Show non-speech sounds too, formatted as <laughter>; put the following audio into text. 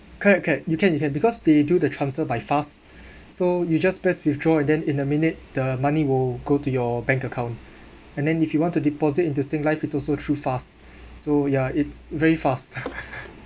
correct correct you can you can because they do the transfer by F_A_S_T so you just press withdraw and then in a minute the money will go to your bank account and then if you want to deposit into Singlife is also through F_A_S_T so ya it's very fast <laughs>